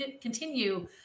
continue